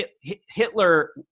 hitler